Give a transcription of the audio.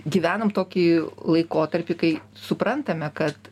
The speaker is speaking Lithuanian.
gyvenam tokį laikotarpį kai suprantame kad